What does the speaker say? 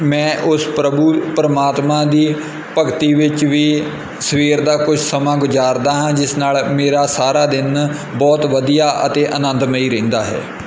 ਮੈਂ ਉਸ ਪ੍ਰਭੂ ਪਰਮਾਤਮਾ ਦੀ ਭਗਤੀ ਵਿੱਚ ਵੀ ਸਵੇਰ ਦਾ ਕੋਈ ਸਮਾਂ ਗੁਜ਼ਾਰਦਾ ਹਾਂ ਜਿਸ ਨਾਲ ਮੇਰਾ ਸਾਰਾ ਦਿਨ ਬਹੁਤ ਵਧੀਆ ਅਤੇ ਆਨੰਦਮਈ ਰਹਿੰਦਾ ਹੈ